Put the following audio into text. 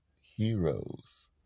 heroes